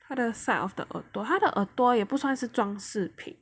他的 side of the 耳朵他的耳朵也不算是装饰品